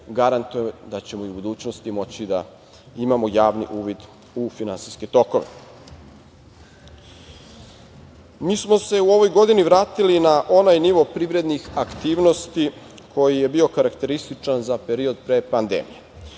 garantuje da ćemo i u budućnosti moći da imamo javni uvid u finansijske tokove. Mi smo se u ovoj godini vratili na onaj nivo privrednih aktivnosti koji je bio karakterističan za period pre pandemije.